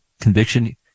conviction